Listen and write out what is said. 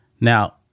Now